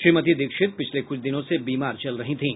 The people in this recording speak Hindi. श्रीमती दीक्षित पिछले कुछ दिनों से बीमार चल रही थीं